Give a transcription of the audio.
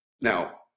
Now